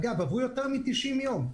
אגב, עברו יותר מ-90 יום.